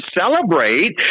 celebrate